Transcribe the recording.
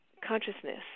consciousness